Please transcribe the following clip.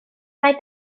mae